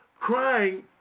crying